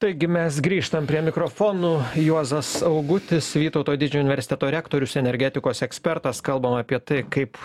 taigi mes grįžtam prie mikrofonų juozas augutis vytauto didžiojo universiteto rektorius energetikos ekspertas kalbam apie tai kaip